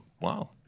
Wow